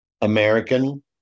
American